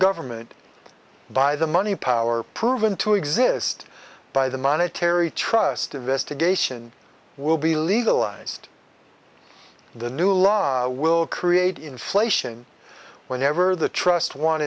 government by the money power proven to exist by the monetary trust investigation will be legalized the new law will create inflation whenever the trust one